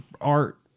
art